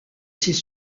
ses